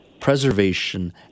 preservation